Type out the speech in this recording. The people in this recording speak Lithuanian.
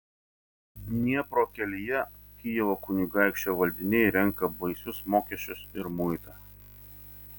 dniepro kelyje kijevo kunigaikščio valdiniai renka baisius mokesčius ir muitą